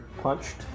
punched